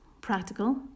practical